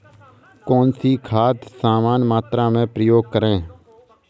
कौन सी खाद समान मात्रा में प्रयोग करें?